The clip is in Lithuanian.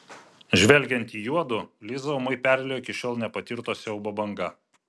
žvelgiant į juodu lizą ūmai perliejo iki šiol nepatirto siaubo banga